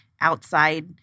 outside